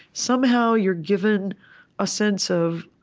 somehow, you're given a sense of,